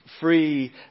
free